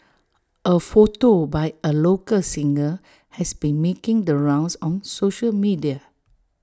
A photo by A local singer has been making the rounds on social media